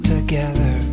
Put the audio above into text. together